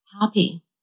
happy